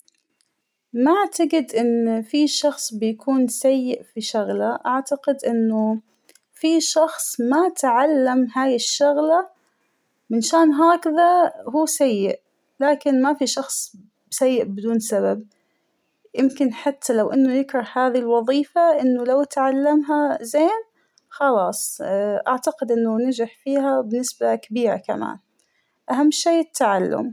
ما أعتقد إن فى شخص بيكون سيئ فى شغلة ، أعتقد أنه فى شخص ما تعلم هاى الشغلة ، منشان هكذا هو سيئ، لكن ما فى شخص سيئ بدون سبب ، يمكن حتى لو إنه يكره هذى الوظيفة إنه لو أتعلمها زين خلاص ، أعتقد إنه نجح فيها بنسبة كبيرة كمان ، أهم شى التعلم.